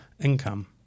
income